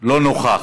לא נוכח,